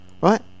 Right